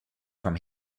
from